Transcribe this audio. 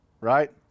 right